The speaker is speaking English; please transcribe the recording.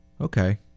Okay